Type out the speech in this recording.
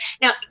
Now